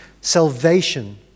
salvation